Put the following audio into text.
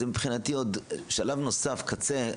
זה מבחינתי עוד שלב נוסף קצה,